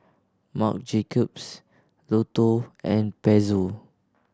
Marc Jacobs Lotto and Pezzo